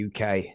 UK